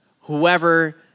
whoever